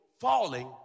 falling